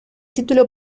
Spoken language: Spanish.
título